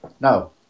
No